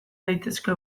daitezke